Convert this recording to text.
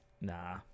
nah